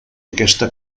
aquesta